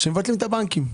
שמבטלים את הבנקים.